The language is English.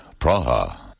Praha